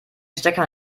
stecker